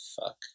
Fuck